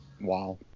Wow